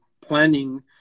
planning